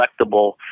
collectible